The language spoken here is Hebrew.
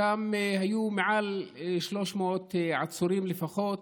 ששם היו מעל 300 עצורים, לפחות,